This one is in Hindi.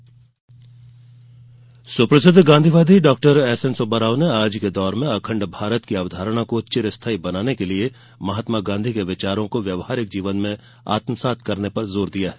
डॉ सुब्बाराव सुप्रसिद्ध गाँधीवादी डॉ एसएन सुब्बाराव ने आज के दौर में अखण्ड भारत की अवधारणा को चिरस्थायी बनाने के लिये महात्मा गाँधी के विचारों को व्यवहारिक जीवन में आत्मसात करने पर जोर दिया है